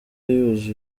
yuzuye